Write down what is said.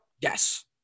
Yes